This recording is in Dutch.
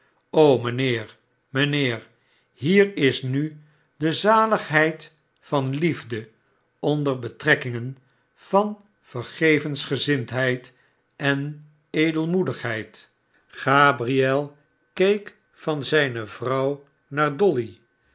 mijnheer mijnheer hier is nu de zaligheid van liefde onder betrekkingen van vergevensgezindheid en edelmoedigheid gabriel keek van zijne vrouw naar dolly